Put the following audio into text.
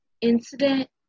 incident